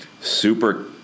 super